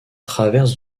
traverse